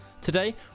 Today